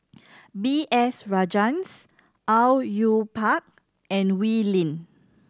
B S Rajhans Au Yue Pak and Wee Lin